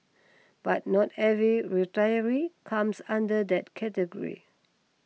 but not every retiree comes under that category